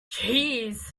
jeez